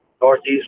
Northeast